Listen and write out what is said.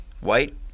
White